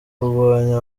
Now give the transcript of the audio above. kugwanya